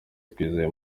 twizeye